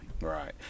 Right